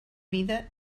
vida